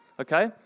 okay